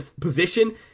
position